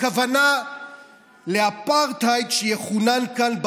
הכוונה לאפרטהייד שיכונן כאן,